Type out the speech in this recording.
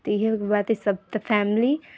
तऽ इएह बात हइ सभ तऽ फैमिली